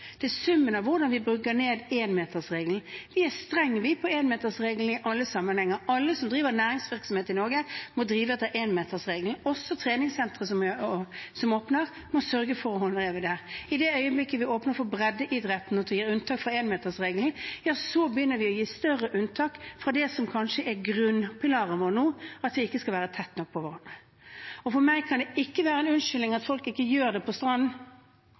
summen av hvordan vi bygger ned enmetersregelen. Vi er strenge på enmetersregelen i alle sammenhenger. Alle som driver næringsvirksomhet i Norge, må drive etter enmetersregelen, også treningssentre som åpner, må sørge for å håndheve det. I det øyeblikket vi åpner for breddeidretten, og at vi gir unntak for enmetersregelen, ja, så begynner vi å gi større unntak fra det som kanskje er grunnpilaren vår nå, at vi ikke skal være for tett på hverandre. Og for meg kan det ikke være en unnskyldning at folk ikke gjør det på